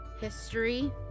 history